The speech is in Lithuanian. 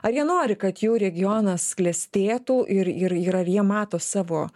ar jie nori kad jų regionas klestėtų ir ir ar jie mato savo